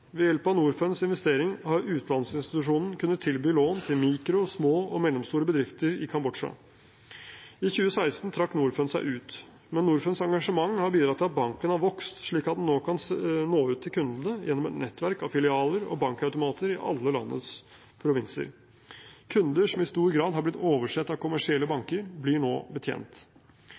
Ved hjelp av Norfunds investering har utlånsinstitusjonen kunnet tilby lån til mikro-, små- og mellomstore bedrifter i Kambodsja. I 2016 trakk Norfund seg ut, men Norfunds engasjement har bidratt til at banken har vokst slik at den kan nå ut til kundene gjennom et nettverk av filialer og bankautomater i alle landets provinser. Kunder som i stor grad har blitt oversett av kommersielle banker, blir nå betjent.